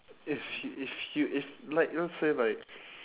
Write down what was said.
if y~ if y~ if like you know say like